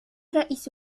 رئيس